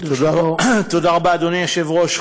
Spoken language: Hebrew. תודה רבה, אדוני היושב-ראש.